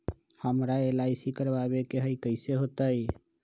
हमरा एल.आई.सी करवावे के हई कैसे होतई?